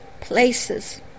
places